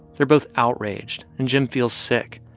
they're both outraged. and jim feels sick,